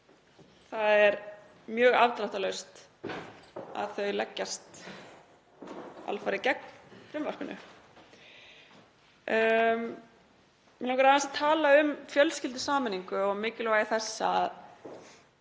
það er mjög afdráttarlaust að þau leggjast alfarið gegn þessari breytingu. Mig langar aðeins að tala um fjölskyldusameiningu og mikilvægi þess að